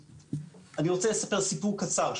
אני רוצה לספר סיפור קצר.